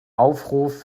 aufruf